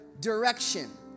direction